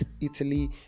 italy